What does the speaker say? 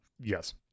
yes